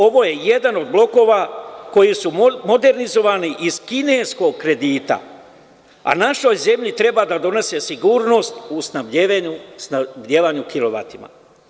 Ovo je jedan od blokova koji su modernizovani iz kineskog kredita, a našoj zemlji treba da donese sigurnost u snabdevanju kilovatima.